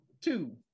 two